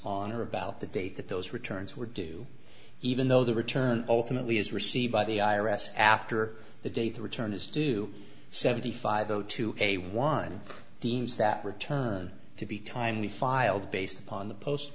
or about the date that those returns were due even though the return ultimately is received by the i r s after the date the return is due seventy five zero to a one deems that return to be timely filed based upon the post